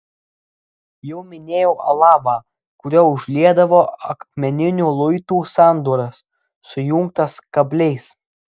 jau minėjau alavą kuriuo užliedavo akmeninių luitų sandūras sujungtas kabliais